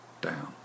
down